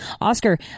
Oscar